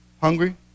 Hungry